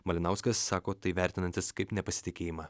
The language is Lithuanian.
malinauskas sako tai vertinantis kaip nepasitikėjimą